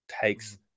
takes